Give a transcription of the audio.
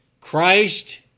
Christ